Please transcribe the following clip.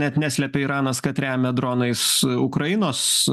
net neslepia iranas kad remia dronais ukrainos